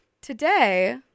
today